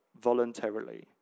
voluntarily